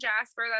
Jasper